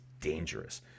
dangerous